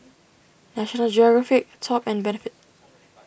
National Geographic Top and Benefit